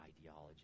ideology